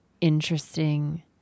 interesting